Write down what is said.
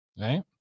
Right